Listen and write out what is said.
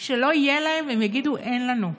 כשלא יהיה להן, יגידו: אין לנו,